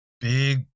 big